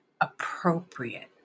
appropriate